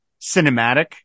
cinematic